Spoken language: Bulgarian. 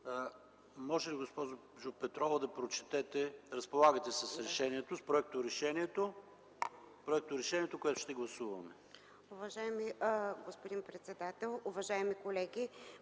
Ви, господин председател. Уважаеми колеги,